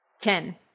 Ten